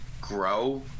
grow